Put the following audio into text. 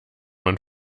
man